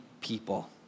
people